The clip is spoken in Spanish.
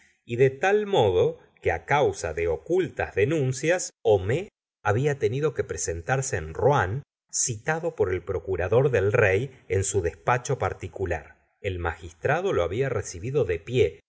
y de tal modo que causa de ocultas denuncias homais habla tenido que presentarse en rouen citado por el procurador del rey en su despacho particular el magistrado lo había recibido de pie